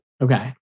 Okay